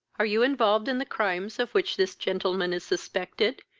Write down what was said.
are you involved in the crimes of which this gentleman is suspected?